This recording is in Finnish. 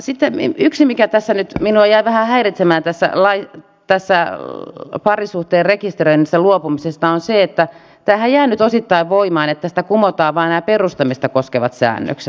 sitten yksi mikä tässä nyt minua jäi vähän häiritsemään parisuhteen rekisteröinnistä luopumisessa on se että tämähän jää nyt osittain voimaan eli tässä kumotaan vain nämä perustamista koskevat säännökset